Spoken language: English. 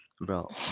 bro